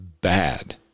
bad